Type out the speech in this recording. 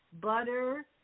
butter